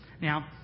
Now